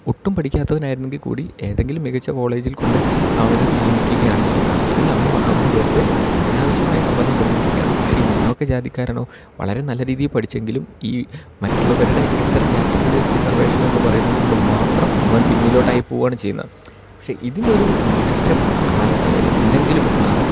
ഒട്ടും പഠിക്കാത്തവനായിരുന്നെങ്കിൽ കൂടി ഏതെങ്കിലും മികച്ച കോളേജിൽ കൊണ്ടുപോയി അവനെ നിയമിക്കുകയാണ് ചെയ്യുന്നത് അല്ലെങ്കിൽ അവന് അവന് വെറുതെ അനാവശ്യമായ സവരണം കൊടുത്തൊണ്ടിരിക്കുകയാണ് പക്ഷെ ഈ മുന്നോക്ക ജാതിക്കാരനോ വളരെ നല്ല രീതി പഠിച്ചെങ്കിലും ഈ മറ്റുള്ളവരുടെ ഇത്ര കാറ്റഗറി ഓഫ് റിസർവേഷൻ എന്ന് പറയുന്നത് കൊണ്ട് മാത്രം അവൻ പിന്നിലോട്ടായിപ്പോവാണ് ചെയ്യുന്നത് പക്ഷെ ഇതിനൊരു മാറ്റം കാല എന്തെങ്കിലും ഉണ്ടാവണം